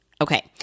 Okay